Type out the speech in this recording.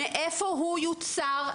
מאיפה הוא יוצר?